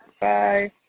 Bye